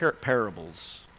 parables